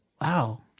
Wow